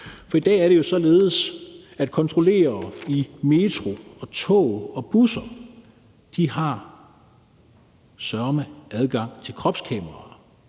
for i dag er det jo således, at kontrollører i metro, tog og busser søreme har adgang til kropskameraer.